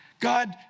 God